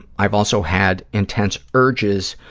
i've also had intense urges